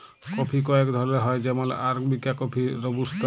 coffee কয়েক ধরলের হ্যয় যেমল আরাবিকা কফি, রবুস্তা